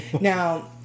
Now